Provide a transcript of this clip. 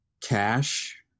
cash